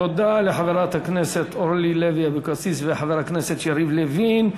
תודה לחברת הכנסת אורלי לוי אבקסיס ולחבר הכנסת יריב לוין.